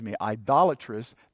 idolatrous